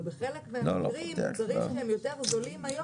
ובחלק מהמוצרים שהם יותר זולים היום,